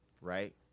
right